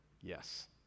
yes